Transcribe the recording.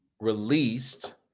released